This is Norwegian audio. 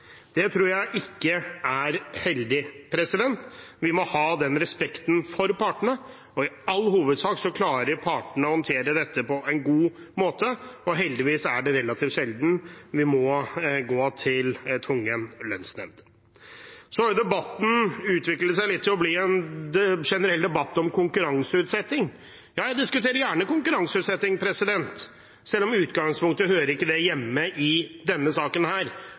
Det tror jeg ikke er heldig. Vi må ha den respekten for partene. I all hovedsak klarer partene å håndtere dette på en god måte, og heldigvis er det relativt sjelden vi må gå til tvungen lønnsnemnd. Debatten har utviklet seg til litt å bli en generell debatt om konkurranseutsetting. Ja, jeg diskuterer gjerne konkurranseutsetting, selv om det i utgangspunktet ikke hører hjemme i denne saken.